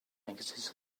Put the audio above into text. exits